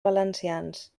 valencians